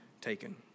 taken